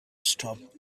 stop